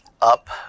up